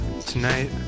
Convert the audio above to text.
tonight